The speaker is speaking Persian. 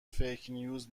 فیکنیوز